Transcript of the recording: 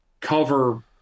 cover